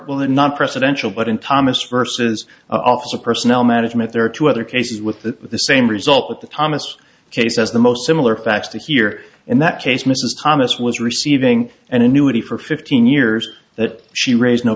the non presidential but in thomas vs office of personnel management there are two other cases with the same result that the thomas case as the most similar facts here in that case mrs thomas was receiving an annuity for fifteen years that she raised no